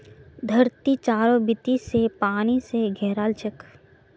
धरती चारों बीती स पानी स घेराल छेक